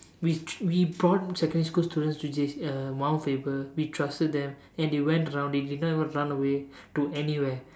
we we brought secondary school students to J uh Mount Faber we trusted them and they went around it they did not even run away to anywhere